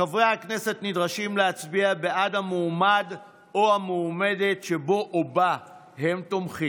חברי הכנסת נדרשים להצביע בעד המועמד או המועמדת שבו או בה הם תומכים.